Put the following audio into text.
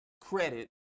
credit